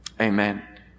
amen